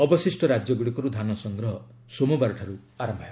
ଅବଶିଷ୍ଟ ରାଜ୍ୟଗୁଡ଼ିକରୁ ଧାନ ସଂଗ୍ହ ସୋମବାରଠାରୁ ଆରମ୍ଭ ହେବ